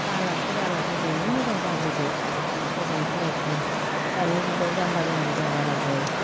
दालाथ' दालाथ' दे नों मोजां जाग्रोदो मोजां फरायफुं दानि जुगाव जाम्बा जाम्बि जाबा रावबो